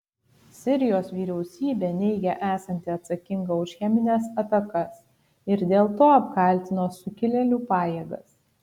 sirijos vyriausybė neigia esanti atsakinga už chemines atakas ir dėl to apkaltino sukilėlių pajėgas